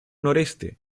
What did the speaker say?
noreste